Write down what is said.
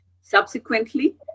Subsequently